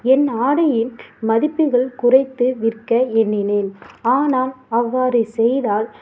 என் ஆடையின் மதிப்புகள் குறைத்து விற்க எண்ணினேன் ஆனால் அவ்வாறு செய்தால்